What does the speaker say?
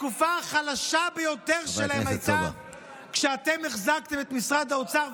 התקופה החלשה ביותר שלהם כשאתם החזקתם את משרד האוצר,